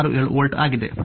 67 volt ಆಗಿದೆ